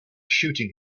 shooting